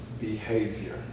behavior